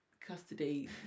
custody